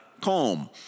calm